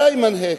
דאימן היכ.